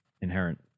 inherent